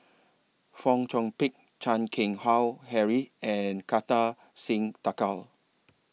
Fong Chong Pik Chan Keng Howe Harry and Kartar Singh Thakral